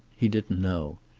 he didn't know.